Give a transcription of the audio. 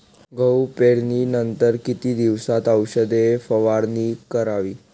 गहू पेरणीनंतर किती दिवसात औषध फवारणी करावी?